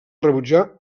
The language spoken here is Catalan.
rebutjar